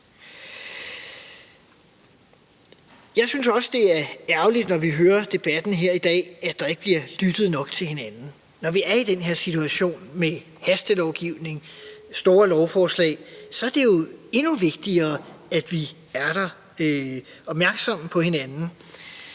Jeg synes også, det er ærgerligt, når vi hører debatten her i dag, at der ikke bliver lyttet nok til hinanden. Når vi er i den her situation med hastelovgivning, store lovforslag, er det jo endnu vigtigere, at vi er der og er opmærksomme på hinanden.